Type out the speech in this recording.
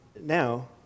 now